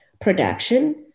production